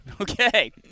Okay